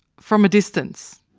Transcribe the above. from a distance.